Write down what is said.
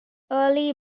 early